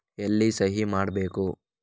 ಎಲ್ಲಿ ಸಹಿ ಮಾಡಬೇಕು?